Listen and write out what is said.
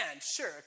sure